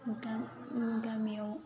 गाह गामियाव